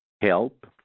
help